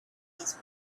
his